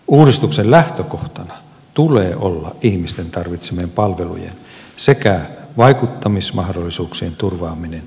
uudistuksien lähtökohtana tulee olla ihmisten tarvitsemien palvelujen sekä vaikuttamismahdollisuuksien turvaaminen yhdenvertaisesti koko maassa